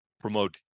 promote